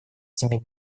этими